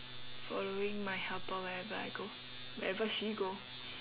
following my helper wherever I go wherever she go